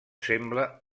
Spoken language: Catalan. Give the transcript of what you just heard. sembla